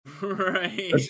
right